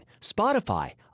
Spotify